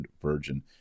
Virgin